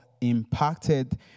impacted